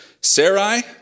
Sarai